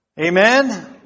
Amen